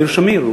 יאיר שמיר.